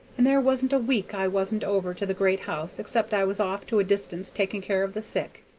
and there wasn't a week i wasn't over to the great house except i was off to a distance taking care of the sick.